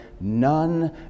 none